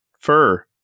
fur